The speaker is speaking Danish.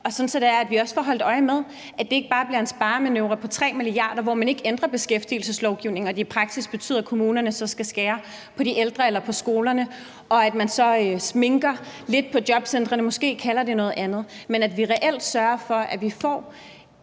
og sådan at vi også får holdt øje med, at det ikke bare bliver en sparemanøvre på 3 mia. kr., hvor man ikke ændrer beskæftigelseslovgivningen, og hvor det i praksis betyder, at kommunerne så skal skære på ældreområdet eller på skolerne, og at man så sminker lidt på jobcentrene og måske kalder det noget andet, men at vi reelt sørger for, at vi får